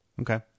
Okay